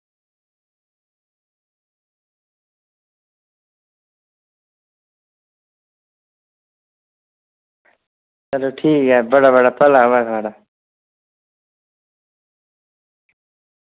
चलो ठीक ऐ बड़ा बड़ा भला होऐ थुआढ़ा